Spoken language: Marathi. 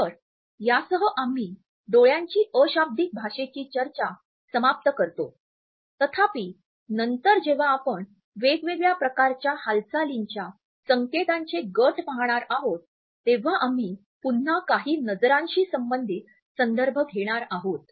तर यासह आम्ही डोळ्यांची अशाब्दिक भाषेची चर्चा समाप्त करतो तथापि नंतर जेव्हा आपण वेगवेगळ्या प्रकारचे हालचालींच्या संकेतांचे गट पाहणार आहोत तेव्हा आम्ही पुन्हा काही नजरांशी संबंधित संदर्भ घेणार आहोत